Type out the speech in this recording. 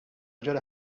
ġara